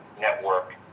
network